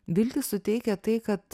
viltį suteikia tai kad